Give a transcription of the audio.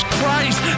Christ